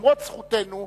למרות זכותנו,